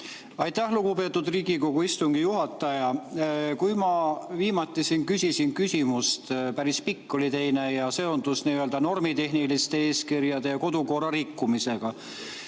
Aitäh, lugupeetud Riigikogu istungi juhataja! Kui ma viimati küsisin küsimust, siis päris pikk oli teine ja seondus normitehnilise eeskirja ja kodukorra rikkumisega.